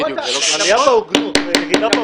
ירידה בהוגנות.